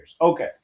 Okay